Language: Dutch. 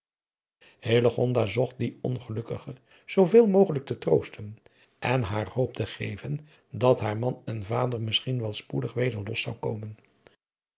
zocht die ongelukkigen zooveel mogelijk te troosten en haar hoop te geven dat haar man en vader misschien wel spoedig weders los zou komen